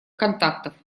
контактов